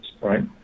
right